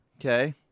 Okay